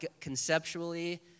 conceptually